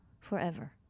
forever